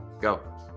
go